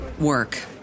work